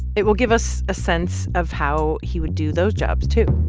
it will give us a sense of how he would do those jobs, too